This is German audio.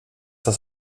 das